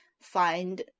find